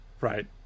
Right